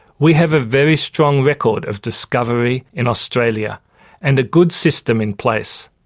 we have a very strong record of discovery in australia and a good system in place.